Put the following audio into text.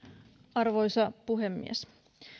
arvoisa puhemies